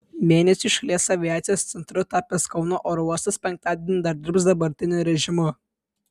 mėnesiui šalies aviacijos centru tapęs kauno oro uostas penktadienį dar dirbs dabartiniu režimu